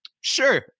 sure